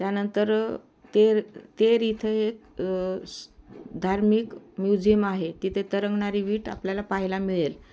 त्यानंतर तेर तेर इथं एक स धार्मिक म्युझियम आहे तिथे तरंगणारी वीट आपल्याला पाहियला मिळेल